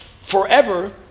forever